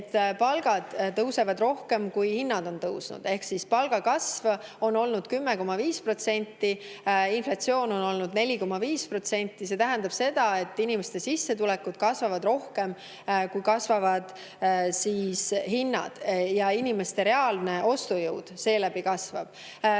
et palgad tõusevad rohkem, kui on tõusnud hinnad, ehk palgakasv on olnud 10,5%, aga inflatsioon on olnud 4,5%. See tähendab, et inimeste sissetulekud kasvavad rohkem, kui kasvavad hinnad, ja inimeste reaalne ostujõud seeläbi kasvab.